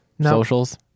socials